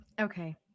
Okay